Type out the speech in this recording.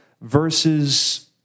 Versus